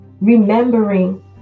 remembering